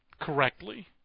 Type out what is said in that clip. correctly